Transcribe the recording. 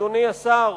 אדוני השר,